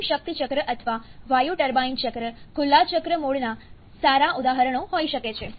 steam શક્તિ ચક્ર અથવા વાયુ ટર્બાઇન ચક્ર ખુલ્લા ચક્ર મોડના સારા ઉદાહરણો હોઈ શકે છે